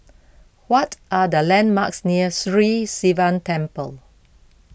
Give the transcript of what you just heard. what are the landmarks near Sri Sivan Temple